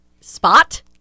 spot